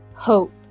hope